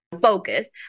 focus